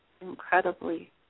incredibly